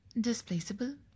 Displaceable